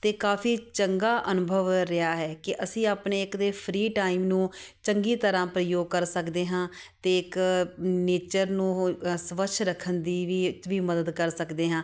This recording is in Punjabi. ਅਤੇ ਕਾਫੀ ਚੰਗਾ ਅਨੁਭਵ ਰਿਹਾ ਹੈ ਕਿ ਅਸੀਂ ਆਪਣੇ ਇੱਕ ਤਾਂ ਫਰੀ ਟਾਈਮ ਨੂੰ ਚੰਗੀ ਤਰ੍ਹਾਂ ਪ੍ਰਯੋਗ ਕਰ ਸਕਦੇ ਹਾਂ ਅਤੇ ਇੱਕ ਨੇਚਰ ਨੂੰ ਉਹ ਸਵੱਛ ਰੱਖਣ ਦੀ ਵੀ ਇਹ 'ਚ ਵੀ ਮਦਦ ਕਰ ਸਕਦੇ ਹਾਂ